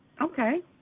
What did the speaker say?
Okay